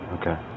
Okay